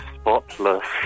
spotless